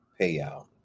payout